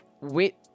Wait